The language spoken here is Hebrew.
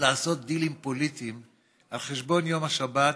לעשות דילים פוליטיים על חשבון יום השבת?